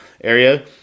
area